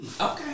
Okay